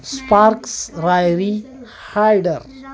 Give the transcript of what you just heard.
sparks रायरी हायडर